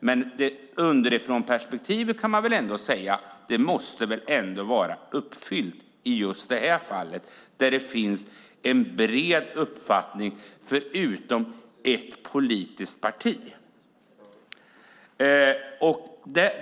Men underifrånperspektivet måste ändå vara uppfyllt i just det fallet där det finns en bred uppfattning förutom i ett politiskt parti.